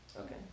Okay